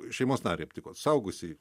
šeimos narį aptiko suaugusį